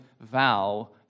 vow